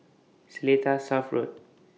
Seletar South Road